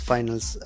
Finals